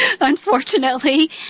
Unfortunately